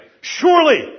Surely